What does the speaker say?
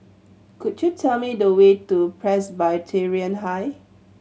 could you tell me the way to Presbyterian High